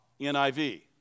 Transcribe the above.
NIV